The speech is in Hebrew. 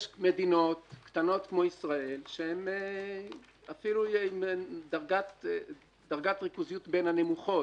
יש מדינות קטנות כמו ישראל שהן אפילו בדרגת ריכוזיות בין הנמוכות,